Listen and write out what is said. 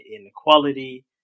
inequality